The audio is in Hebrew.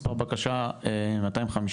מספר בקשה 253,